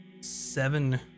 seven